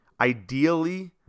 Ideally